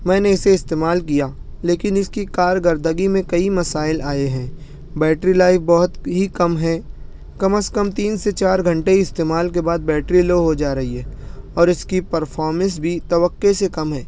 میں نے اسے استعمال کیا لیکن اس کی کارگردگی میں کئی مسائل آئے ہیں بیٹری لائف بہت ہی کم ہے کم از کم تین سے چار گھنٹے ہی استعمال کے بعد بیٹری لو ہو جا رہی ہے اور اس کی پرفارمنس بھی توقع سے کم ہے